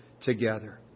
together